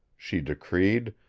she decreed,